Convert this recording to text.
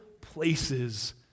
places